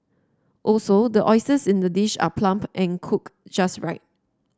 also the oysters in the dish are plump and cooked just right